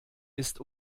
ist